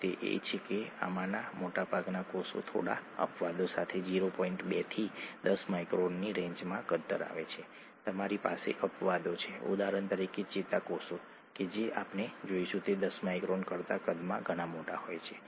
અને guanine cytosine okay guanine એક purine છે સાઇટોસીન પાયરિમિડિન છે તમારી પાસે હાઇડ્રોજન બંધ છે જે સાઇટોસીન અને ગુઆનિન વચ્ચે રચાય છે ઠીક છે